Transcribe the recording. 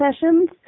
sessions